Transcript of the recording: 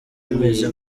bimeze